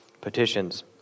Petitions